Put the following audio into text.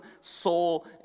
soul